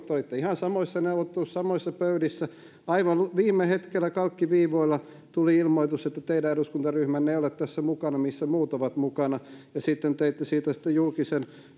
te olitte ihan samoissa neuvotteluissa samoissa pöydissä aivan viime hetkellä kalkkiviivoilla tuli ilmoitus että teidän eduskuntaryhmänne ei ole tässä mukana missä muut ovat mukana ja sitten teitte siitä julkisen